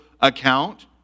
account